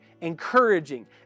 encouraging